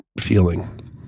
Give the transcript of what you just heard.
feeling